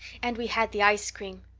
and we had the ice cream.